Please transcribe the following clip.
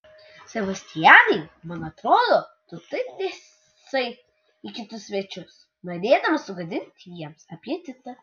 sebastianai man atrodo tu taip dėbsai į kitus svečius norėdamas sugadinti jiems apetitą